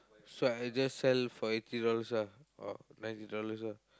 so I just sell for eighty dollars lah or ninety dollars lah